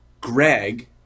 Greg